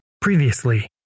Previously